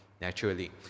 naturally